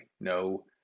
No